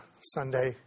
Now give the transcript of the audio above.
Sunday